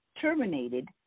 terminated